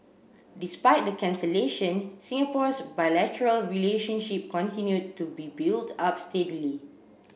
despite the cancellation Singapore's bilateral relationship continued to be built up steadily